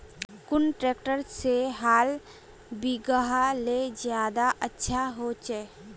कुन ट्रैक्टर से हाल बिगहा ले ज्यादा अच्छा होचए?